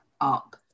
up